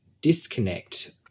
disconnect